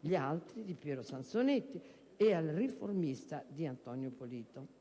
«Gli Altri», diretta da Piero Sansonetti, e a «Il Riformista» di Antonio Polito.